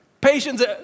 Patience